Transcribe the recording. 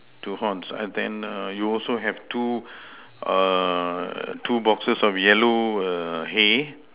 two horns I then err you also have two err two boxes of yellow err hay